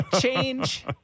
Change